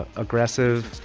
aggressive,